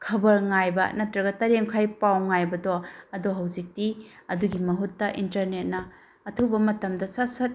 ꯈꯕꯔ ꯉꯥꯏꯕ ꯅꯠꯇ꯭ꯔꯒ ꯇꯔꯦꯠ ꯃꯈꯥꯏ ꯄꯥꯎ ꯉꯥꯏꯕꯗꯣ ꯑꯗꯣ ꯍꯧꯖꯤꯛꯇꯤ ꯑꯗꯨꯒꯤ ꯃꯍꯨꯠꯇ ꯏꯟꯇꯔꯅꯦꯠꯅ ꯑꯊꯨꯕ ꯃꯇꯝꯗ ꯁꯠ ꯁꯠ